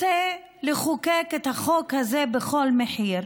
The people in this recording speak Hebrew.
רוצה לחוקק את החוק הזה בכל מחיר,